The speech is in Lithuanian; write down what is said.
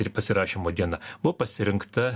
ir pasirašymo diena buvo pasirinkta